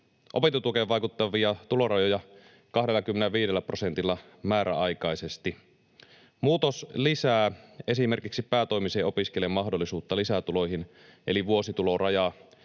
opintotukeen vaikuttavia tulorajoja 25 prosentilla määräaikaisesti. Muutos lisää esimerkiksi päätoimisen opiskelijan mahdollisuutta lisätuloihin eli vuositulorajaa